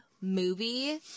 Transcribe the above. movie